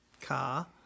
car